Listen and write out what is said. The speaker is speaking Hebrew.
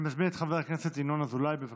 אני מזמין את חבר הכנסת ינון אזולאי, בבקשה.